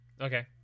Okay